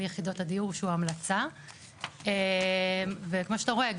יחידות הדיור שהוא המלצה וכמו שאתה רואה,